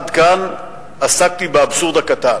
עד כאן עסקתי באבסורד הקטן.